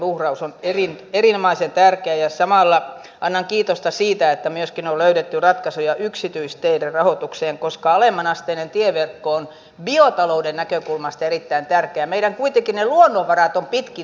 puolustusvoimatkin on erin erinomaisen tärkeä ja samalla aina kiitosta omalta osaltaan käynyt läpi tämän valtionhallinnon menoleikkauksen tähän asti ja puolustusministeriö on oikeastaan ainoana ministeriönä toteuttanut annetut säästötoimet sataprosenttisesti